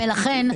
ולכן,